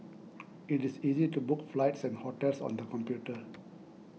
it is easy to book flights and hotels on the computer